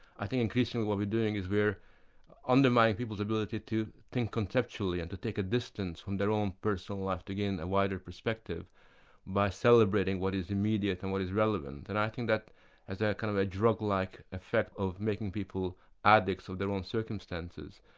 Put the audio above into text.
i think increasingly what we're doing is, we're undermining people's ability to think conceptually and to take a distance from their own personal life to gain a wider perspective by celebrating what is immediate and what is relevant. and i think that has a kind of a drug-like effect of making people addicts of their own circumstances,